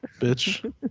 bitch